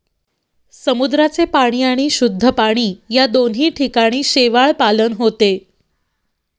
समुद्राचे पाणी आणि शुद्ध पाणी या दोन्ही ठिकाणी शेवाळपालन होते